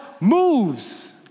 moves